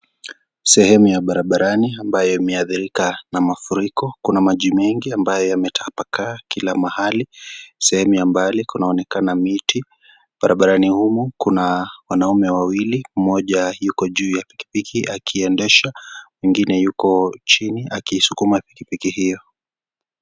Sehemu ya barabarani, ambayo imehadhirika na mafuriko. Kuna maji mengi ambayo yametapakaa kila mahali. Sehemu ya mbali kunaonekana miti. Barabarani humo, kuna wanaume wawili, moja yuko juu ya pikipiki akiendesha, mwingine yuko chini akiiisukuma pikipiki hiyo.